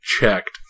checked